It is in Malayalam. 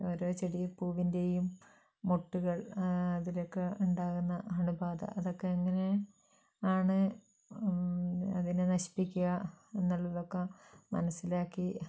ഓരോ ചെടി പൂവിന്റെയും മൊട്ടുകൾ അതിലൊക്കെ ഉണ്ടാകുന്ന അണുബാധ അതൊക്കെ എങ്ങനെ ആണ് അതിനെ നശിപ്പിക്കുക എന്നുള്ളതൊക്കെ മനസ്സിലാക്കി